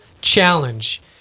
challenge